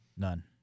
None